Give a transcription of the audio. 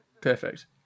Perfect